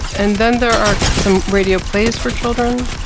and then there are some radio plays for children.